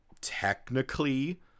technically